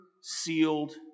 sealed